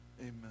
amen